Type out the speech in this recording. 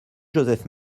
joseph